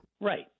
Right